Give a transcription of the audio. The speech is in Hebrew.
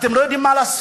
אתם לא יודעים מה לעשות.